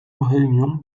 réunion